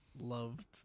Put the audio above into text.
loved